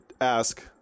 ask